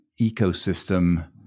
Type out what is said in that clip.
ecosystem